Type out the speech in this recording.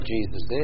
Jesus